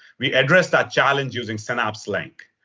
we address that challenge using synapse link,